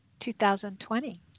2020